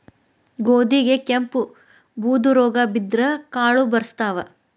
ಗೋಧಿಗೆ ಕೆಂಪು, ಬೂದು ರೋಗಾ ಬಿದ್ದ್ರ ಕಾಳು ಬರ್ಸತಾವ